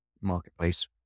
marketplace